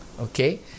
Okay